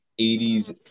80s